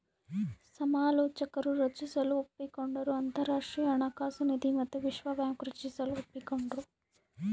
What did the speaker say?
ಸಮಾಲೋಚಕರು ರಚಿಸಲು ಒಪ್ಪಿಕೊಂಡರು ಅಂತರಾಷ್ಟ್ರೀಯ ಹಣಕಾಸು ನಿಧಿ ಮತ್ತು ವಿಶ್ವ ಬ್ಯಾಂಕ್ ರಚಿಸಲು ಒಪ್ಪಿಕೊಂಡ್ರು